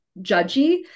judgy